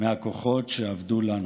מהכוחות שאבדו לנו.